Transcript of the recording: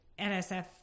NSF